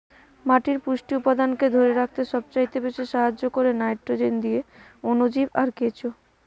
মাটির পুষ্টি উপাদানকে ধোরে রাখতে সবচাইতে বেশী সাহায্য কোরে নাইট্রোজেন দিয়ে অণুজীব আর কেঁচো